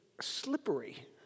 slippery